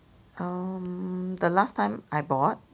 um the last time I bought